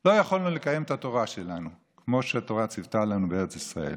לא יכולנו לקיים את התורה שלנו כמו שהתורה ציוותה לנו בארץ ישראל.